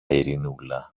ειρηνούλα